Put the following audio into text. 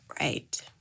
Right